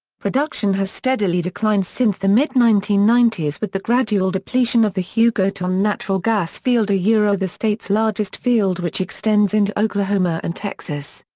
production has steadily declined since the mid nineteen ninety s with the gradual depletion of the hugoton natural gas field ah the state's largest field which extends into oklahoma and texas.